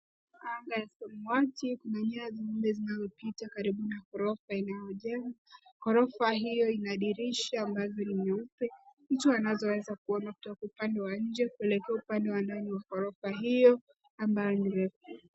Anga ya samawati, kuna nyaya zingine, zinazopita karibu na ghorofa inayojengwa, Ghorofa hiyo ina dirisha, ambazo ni nyeupe, mtu anazoweza kuona kutoka upande wa nje, kuelekea upande wa ndani wa ghorofa hiyo, ambayo ni refu.